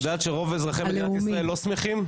את יודעת שרוב אזרחי מדינת ישראל לא שמחים?